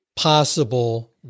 possible